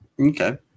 Okay